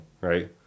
right